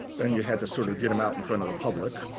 then you had to sort of get them out in front of the public.